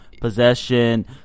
Possession